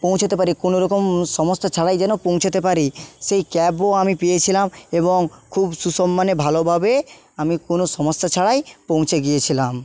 পৌঁছোতে পারি কোনওরকম সমস্যা ছাড়াই যেন পৌঁছোতে পারি সেই ক্যাবও আমি পেয়েছিলাম এবং খুব সুসম্মানে ভালোভাবে আমি কোনও সমস্যা ছাড়াই পৌঁছে গিয়েছিলাম